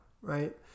right